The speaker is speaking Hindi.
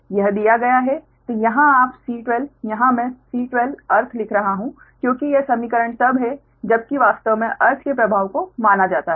तो यहाँ आप C12 यहाँ मैं C12 अर्थ लिख रहाँ हूँ क्योंकि यह समीकरण तब है जबकि वास्तव में अर्थ के प्रभाव को माना जाता है